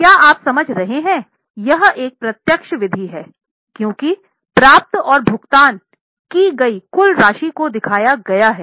क्या आप समझ रहे हैं यह एक प्रत्यक्ष विधि है क्योंकि प्राप्त और भुगतान की गई कुल राशि को दिखाया गया है